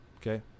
okay